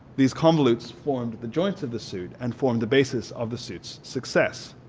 these convolutes formed the joints of the suit and formed the basis of the suit's success.